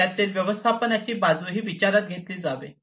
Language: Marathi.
त्यातील व्यवस्थापनाची बाजूही विचारात घेतली जावी